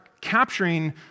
capturing